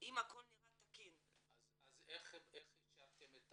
אם הכל נראה תקין --- אז איך אישרתם את